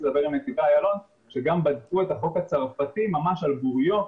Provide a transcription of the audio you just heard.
לדבר עם נתיבי איילון שגם בדקו את החוק הצרפתי ממש על בוריו,